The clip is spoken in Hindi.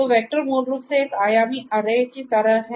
तो वेक्टर मूल रूप से एक आयामी अरे की तरह है